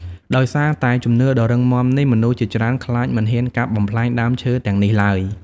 ដោយសារតែជំនឿដ៏រឹងមាំនេះ មនុស្សជាច្រើនខ្លាចមិនហ៊ានកាប់បំផ្លាញដើមឈើទាំងនេះឡើយ។